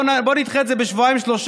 בוא נדחה את זה בשבועיים-שלושה,